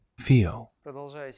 feel